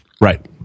Right